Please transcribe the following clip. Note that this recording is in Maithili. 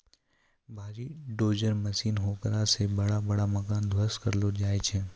भारी डोजर मशीन हेकरा से बड़ा बड़ा मकान ध्वस्त करलो जाय छै